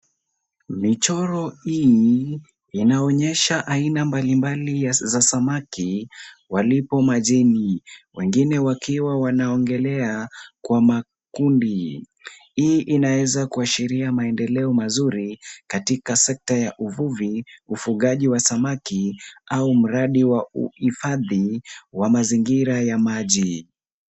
Michoro hii inaonyesha aina mbalimbali za samaki walio majini, wengine wakiwa wanaogelea kwa makundi. Hii inaweza kuashiria maendeleo mazuri katika sekta ya uvuvi , ufugaji wa samaki au mradi wa uhifadhi wa mazingira ya maji.